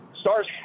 Stars